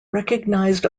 recognized